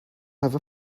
have